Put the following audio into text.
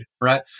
right